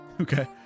Okay